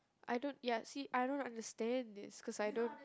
I don't ya you see I don't understand this cause I don't